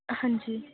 ਹਾਂਜੀ